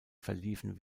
verliefen